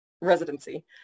residency